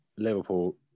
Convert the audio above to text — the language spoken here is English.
Liverpool